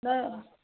ꯅꯪ